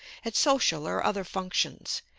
at social or other functions,